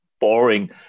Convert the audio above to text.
boring